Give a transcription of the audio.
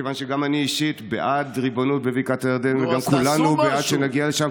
כיוון שגם אני אישית בעד ריבונות בבקעת הירדן וגם כולנו בעד שנגיע לשם,